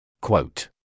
Quote